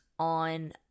on